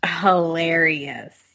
hilarious